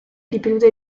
ripetute